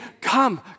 come